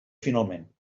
finalment